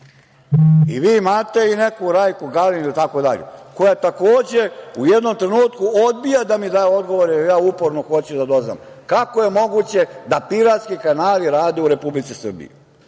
itd. Vi imate i neku Rajku Galin itd, koja takođe u jednom trenutku odbija da mi daje odgovore, jer ja uporno hoću da doznam kako je moguće da piratski kanali rade u Republici Srbiji.